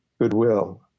goodwill